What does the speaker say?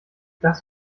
das